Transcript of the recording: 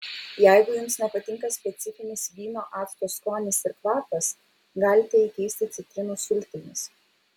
jeigu jums nepatinka specifinis vyno acto skonis ir kvapas galite jį keisti citrinų sultimis